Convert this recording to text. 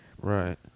Right